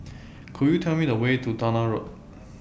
Could YOU Tell Me The Way to Towner Road